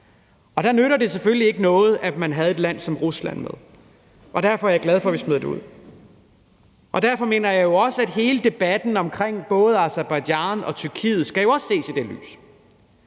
og der nyttede det selvfølgelig ikke noget, at man havde et land som Rusland med, og derfor er jeg glad for, at vi smed det ud. Derfor mener jeg også, at hele debatten omkring både Aserbajdsjan og Tyrkiet jo også skal ses i det lys.